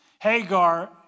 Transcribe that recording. Hagar